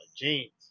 jeans